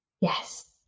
Yes